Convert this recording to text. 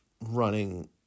running